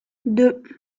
deux